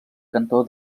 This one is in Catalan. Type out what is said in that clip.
cantó